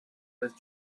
with